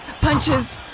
punches